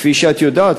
כפי שאת יודעת,